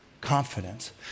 confidence